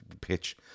pitch